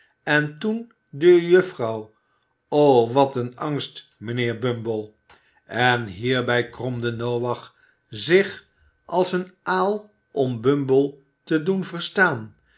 en toen de juffrouw o wat een angst mijnheer bumble en hierbij kromde noach zich als een aal om bumble te doen verstaan